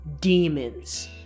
demons